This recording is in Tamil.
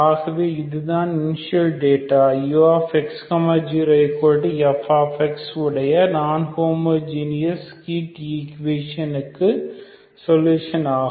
ஆகவே இதுதான் இனிஷியல் டேட்டா ux 0f உடைய நான் ஹோமோஜீனஸ் ஹீட் ஈக்குவேஷனுக்கு சொல்யூஷன் ஆகும்